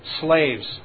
slaves